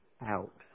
out